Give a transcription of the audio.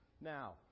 Now